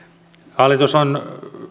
hallitus on